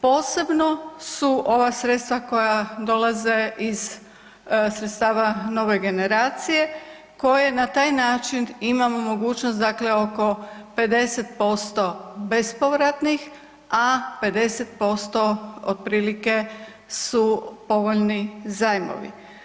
Posebno su ova sredstva koja dolaze iz sredstava Nove generacije koje na taj način imamo mogućnost dakle oko 50% bespovratnih, a 50% otprilike su povoljni zajmovi.